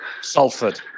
Salford